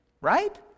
right